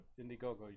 IndieGoGo